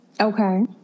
Okay